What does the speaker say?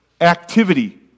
activity